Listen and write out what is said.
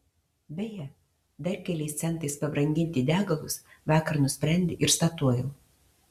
beje dar keliais centais pabranginti degalus vakar nusprendė ir statoil